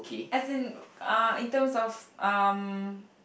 as in uh in terms of um